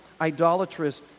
idolatrous